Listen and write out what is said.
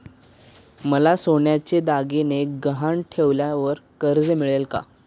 मला सोन्याचे दागिने गहाण ठेवल्यावर कर्ज मिळेल का?